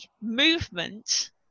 movement